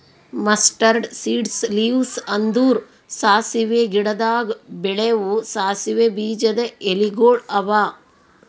mustard seeds leaves ಅಂದುರ್ ಸಾಸಿವೆ ಗಿಡದಾಗ್ ಬೆಳೆವು ಸಾಸಿವೆ ಬೀಜದ ಎಲಿಗೊಳ್ ಅವಾ